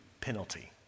penalty